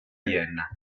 vienna